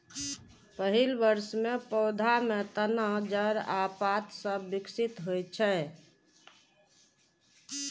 पहिल वर्ष मे पौधा मे तना, जड़ आ पात सभ विकसित होइ छै